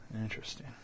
Interesting